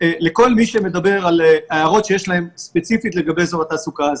לכל מי שמעיר ספציפית לגבי אזור התעסוקה הזה,